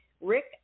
Rick